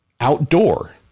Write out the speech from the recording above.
outdoor